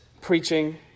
preaching